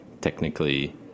technically